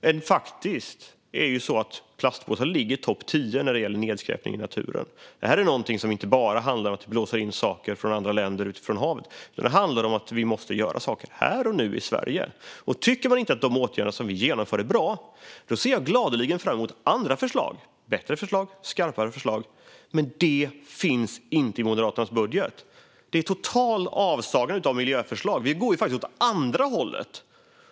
Rent faktiskt är det så att plastpåsar ligger på topp tio när det gäller nedskräpning i naturen. Detta handlar inte bara om att det blåser in saker från andra länder via havet, utan det handlar om att vi måste göra saker här och nu i Sverige. Från den som inte tycker att de åtgärder vi genomför är bra ser jag gladeligen fram emot andra förslag, bättre förslag och skarpare förslag - men det finns inga i Moderaternas budget. Det är en total avsaknad av miljöförslag, medan vi faktiskt går åt andra hållet.